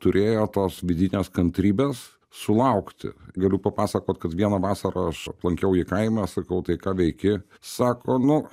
turėjo tos vidinės kantrybės sulaukti galiu papasakot kad vieną vasarą aš aplankiau jį kaime sakau tai ką veiki sako nu